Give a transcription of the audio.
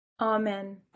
Amen